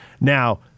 Now